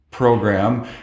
program